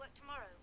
tomorrow.